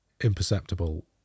imperceptible